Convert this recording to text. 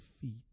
feet